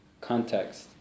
context